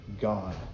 God